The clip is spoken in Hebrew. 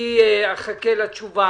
אחכה לתשובה